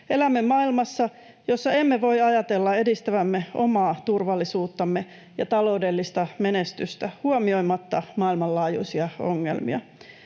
Elämme maailmassa, jossa emme voi ajatella edistävämme omaa turvallisuuttamme ja taloudellista menestystä huomioimatta maailmanlaajuisia ongelmia.